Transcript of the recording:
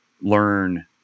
learn